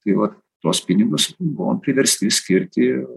tai vat tuos pinigus buvom priversti skirti